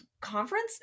conference